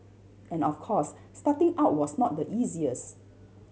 and of course starting out was not the easiest